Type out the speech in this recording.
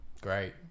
Great